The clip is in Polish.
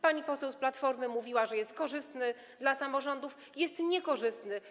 Pani poseł z Platformy mówiła, że jest on korzystny dla samorządów - jest niekorzystny.